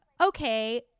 okay